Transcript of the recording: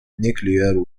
nuclear